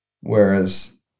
whereas